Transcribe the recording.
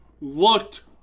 looked